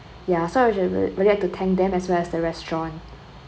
ya so I was just would really like to thank them as well as the restaurant